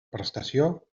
prestació